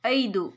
ಐದು